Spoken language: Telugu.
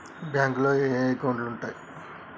బ్యాంకులో ఏయే అకౌంట్లు ఉంటయ్?